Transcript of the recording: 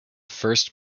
first